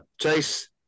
Chase